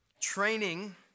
Training